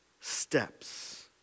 steps